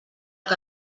que